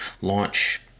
launch